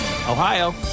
Ohio